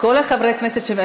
כל חברי הכנסת.